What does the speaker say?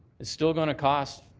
it's still going to cost,